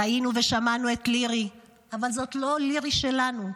ראינו ושמענו את לירי, אבל זאת לא לירי שלנו,